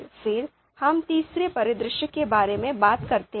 फिर हम तीसरे परिदृश्य के बारे में बात करते हैं